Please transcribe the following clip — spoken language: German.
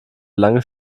lange